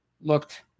looked